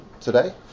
today